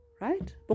right